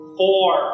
four